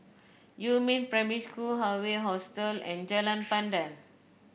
Yumin Primary School Hawaii Hostel and Jalan Pandan